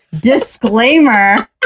Disclaimer